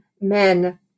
men